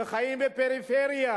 שחיים בפריפריה,